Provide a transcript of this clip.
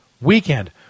weekend